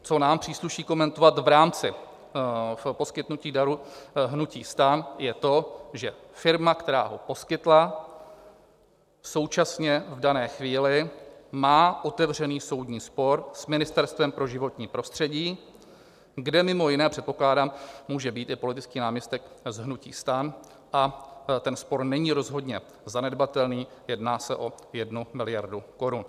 Co nám přísluší komentovat v rámci poskytnutí daru hnutí STAN, je to, že firma, která ho poskytla, současně v dané chvíli má otevřený soudní spor s Ministerstvem pro životní prostředí, kde mj. předpokládám může být i politický náměstek z hnutí STAN, a ten spor není rozhodně zanedbatelný, jedná se o jednu miliardu korun.